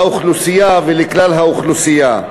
לאוכלוסייה, לכלל האוכלוסייה.